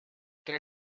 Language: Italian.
tre